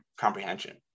comprehension